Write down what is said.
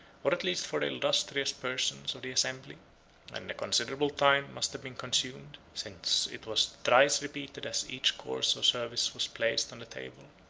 or at least for the illustrious persons of the assembly and a considerable time must have been consumed, since it was thrice repeated as each course or service was placed on the table.